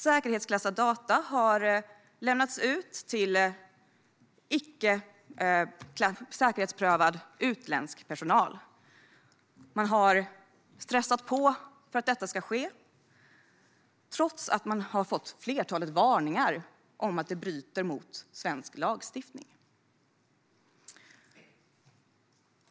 Säkerhetsklassade data har lämnats ut till icke säkerhetsprövad utländsk personal. Man har stressat på för att detta ska ske trots att man har fått ett flertal varningar om att det bryter mot svensk lagstiftning.